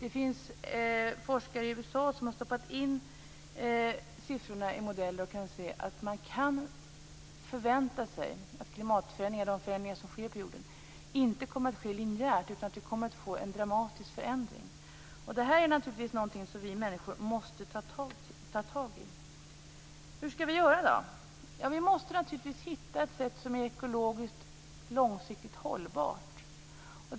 Det finns forskare i USA som har stoppat in siffrorna i modeller och har sett att man kan förvänta sig att de klimatförändringar som sker på jorden inte kommer att ske linjärt utan att vi kommer att få en dramatisk förändring. Det här är naturligtvis någonting som vi människor måste ta tag i. Hur ska vi göra då? Ja, vi måste naturligtvis hitta ett sätt som är ekologiskt långsiktigt hållbart.